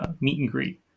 meet-and-greet